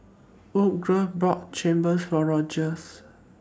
Woodrow bought Chigenabe For Rogers